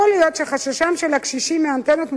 יכול להיות שחששם של הקשישים מהאנטנות מוצדק,